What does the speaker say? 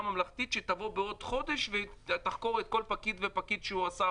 ממלכתית שתבוא בעוד חודש ותחקור כל פקיד ופקיד שעה,